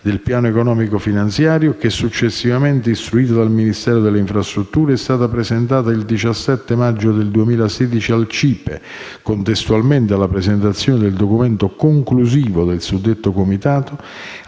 del piano economico finanziario, che, successivamente istruita dal Ministero delle infrastrutture e dei trasporti, è stata presentata il 17 maggio 2016 al CIPE, contestualmente alla presentazione del documento conclusivo del suddetto comitato,